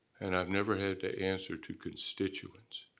and i've never had to answer to constituents.